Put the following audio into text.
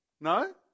No